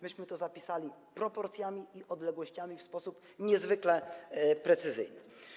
My to zapisaliśmy z proporcjami i odległościami w sposób niezwykle precyzyjny.